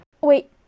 Wait